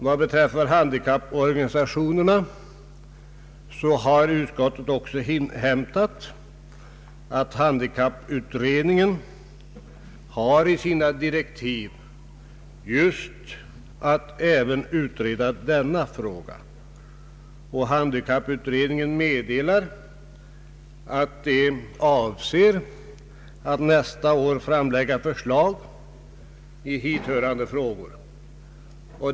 Vad beträffar handikapporganisationerna så har utskottet inhämtat att handikapputredningen i sina direktiv har att utreda även denna sak, och handikapputredningen meddelar att man avser att nästa år framlägga förslag i hithörande frågor.